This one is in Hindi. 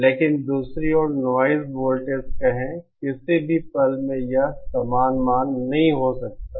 लेकिन दूसरी ओर नॉइज़ वोल्टेज कहें किसी भी पल में यह समान मान नहीं हो सकता है